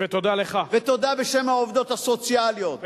תודה בשם העובדים הסוציאליים.